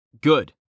Good